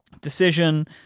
decision